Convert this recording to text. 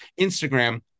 Instagram